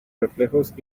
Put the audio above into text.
reflejos